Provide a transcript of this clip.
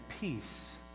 peace